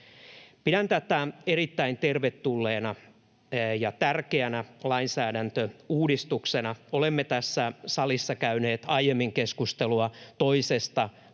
Pidän tätä erittäin tervetulleena ja tärkeänä lainsäädäntöuudistuksena. Olemme tässä salissa käyneet aiemmin keskustelua toisesta